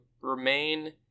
remain